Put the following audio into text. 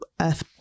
earth